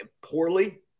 poorly